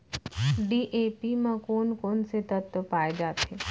DAP म कोन कोन से तत्व पाए जाथे?